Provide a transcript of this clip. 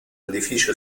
edificio